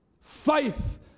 Faith